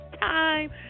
time